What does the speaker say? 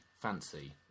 fancy